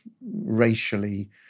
racially